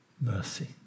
mercy